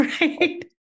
Right